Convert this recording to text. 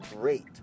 great